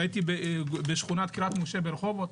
והייתי בשכונת קרית משה ברחובות.